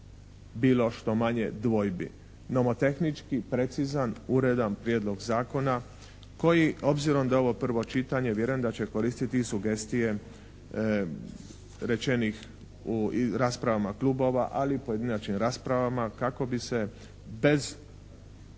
bilo što manje dvojbi. Nomotehnički, precizan, uredan prijedlog zakona koji obzirom da je ovo prvo čitanje vjerujem da će koristiti i sugestije rečenih u raspravama klubova, ali i pojedinačnim raspravama kako bi se